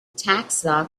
taxa